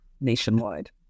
nationwide